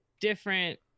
different